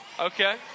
Okay